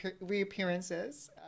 reappearances